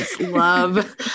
love